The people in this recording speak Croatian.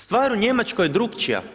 Stvar u Njemačkoj je drukčija.